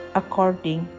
according